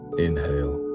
inhale